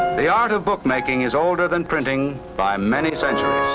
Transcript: the art of bookmaking is older than printing by many centuries.